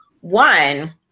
one